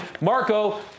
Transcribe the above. Marco